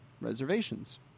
reservations